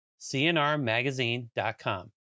cnrmagazine.com